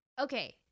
Okay